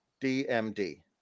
DMD